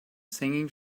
singing